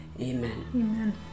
Amen